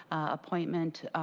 appointment,